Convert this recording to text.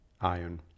Ion